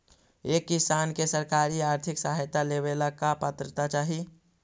एक किसान के सरकारी आर्थिक सहायता लेवेला का पात्रता चाही?